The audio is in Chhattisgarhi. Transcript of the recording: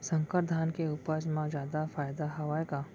संकर धान के उपज मा जादा फायदा हवय का?